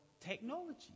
technology